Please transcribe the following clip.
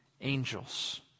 angels